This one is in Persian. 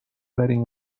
بریم